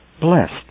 Blessed